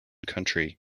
country